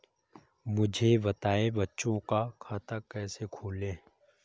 मुझे बताएँ बच्चों का खाता कैसे खोलें?